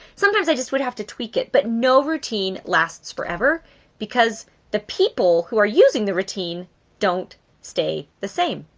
sometimes i just would have to tweak it, but no routine lasts forever because the people who are using the routine don't stay the same.